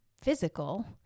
physical